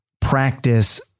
practice